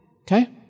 Okay